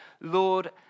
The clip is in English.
Lord